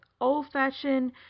old-fashioned